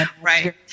right